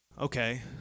Okay